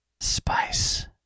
Spice